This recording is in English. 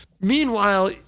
Meanwhile